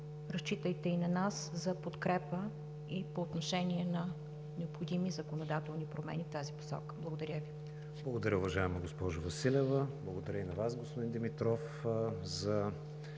Разчитайте и на нас за подкрепа и по отношение на необходими законодателни промени в тази посока. Благодаря Ви. ПРЕДСЕДАТЕЛ КРИСТИАН ВИГЕНИН: Благодаря, уважаема госпожо Василева. Благодаря и на Вас, господин Димитров, за